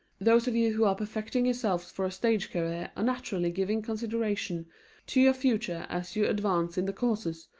those of you who are perfecting yourselves for a stage career are naturally giving consideration to your future as you advance in the courses,